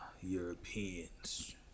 Europeans